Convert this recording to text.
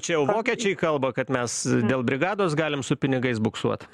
čia jau vokiečiai kalba kad mes dėl brigados galim su pinigais buksuot